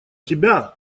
тебя